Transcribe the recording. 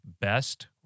best